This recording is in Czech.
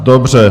Dobře.